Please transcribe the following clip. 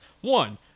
One